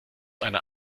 einer